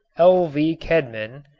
l v. kedman,